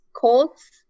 Colts